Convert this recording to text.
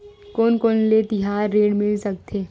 कोन कोन ले तिहार ऋण मिल सकथे?